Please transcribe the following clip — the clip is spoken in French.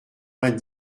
vingt